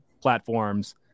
platforms